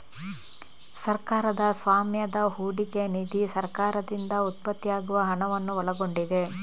ಸರ್ಕಾರದ ಸ್ವಾಮ್ಯದ ಹೂಡಿಕೆ ನಿಧಿ ಸರ್ಕಾರದಿಂದ ಉತ್ಪತ್ತಿಯಾಗುವ ಹಣವನ್ನು ಒಳಗೊಂಡಿದೆ